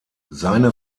seine